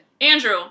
Andrew